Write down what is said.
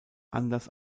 anders